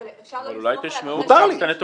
אפשר לא לסמוך עליו אחרי שיודעים שהוא לא עובד.